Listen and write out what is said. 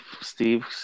Steve